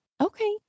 okay